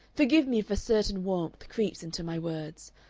forgive me if a certain warmth creeps into my words!